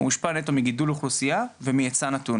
הוא מושפע נטו מגידול באוכלוסייה ומהיצע נתון